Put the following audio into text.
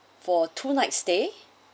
for two nights stay